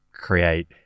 create